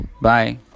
Bye